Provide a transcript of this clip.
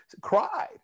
Cried